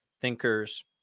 thinkers